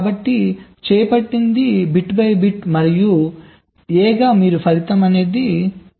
కాబట్టి చేపట్టేది bit by bit మరియు A ఏ గా మీరు ఫలితం పొందుతారు